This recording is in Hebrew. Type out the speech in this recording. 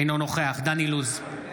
אינו נוכח דן אילוז,